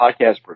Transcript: podcast